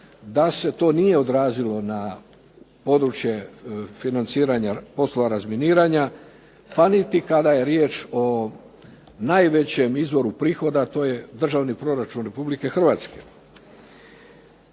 da se to nije odrazilo na područje financiranja poslova razminiranja, pa niti kada je riječ o najvećem izvoru prihoda, to je državni proračun Republike Hrvatske.